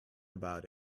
about